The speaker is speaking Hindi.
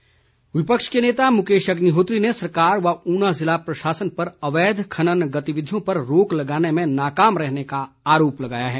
अग्निहोत्री विपक्ष के नेता मुकेश अग्निहोत्री ने सरकार व ऊना जिला प्रशासन पर अवैध खनन गतिविधियों पर रोक लगाने में नाकाम रहने का आरोप लगाया है